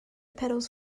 petals